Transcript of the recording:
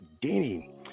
Danny